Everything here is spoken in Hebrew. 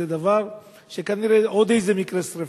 זה דבר שכנראה הוא עוד איזה מקרה שרפה.